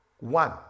one